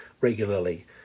regularly